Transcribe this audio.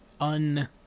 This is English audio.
un